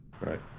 Right